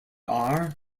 are